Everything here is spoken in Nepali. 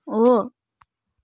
हो